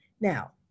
Now